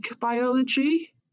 biology